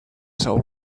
soul